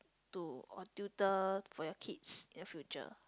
to or tutor for your kids in the future